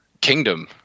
kingdom